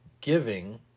giving